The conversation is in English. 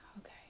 okay